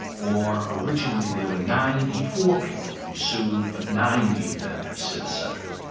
or originally there were ninety four people who sued, but ninety of them have since settled.